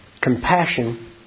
compassion